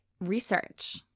research